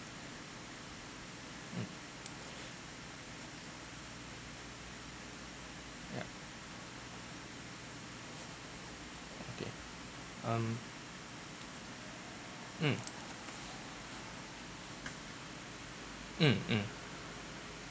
mm yeah okay um mm mm mm